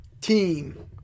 team